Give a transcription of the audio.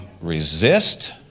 resist